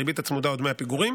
הריבית הצמודה או דמי הפיגורים,